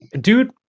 Dude